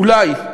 אולי,